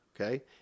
okay